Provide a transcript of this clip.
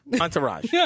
Entourage